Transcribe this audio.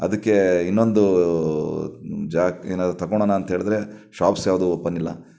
ಅದಕ್ಕೆ ಇನ್ನೊಂದು ಜಾಕ್ ಏನಾದರೂ ತಕೊಳಣ ಅಂತ ಹೇಳಿದ್ರೆ ಶಾಪ್ಸ್ ಯಾವುದೂ ಓಪನಿಲ್ಲ